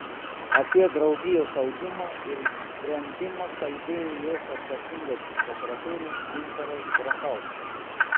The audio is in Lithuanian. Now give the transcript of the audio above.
apie draugijos augimą ir brendimą kalbėjo jos atsakingasis sekretorius gintaras grachauskas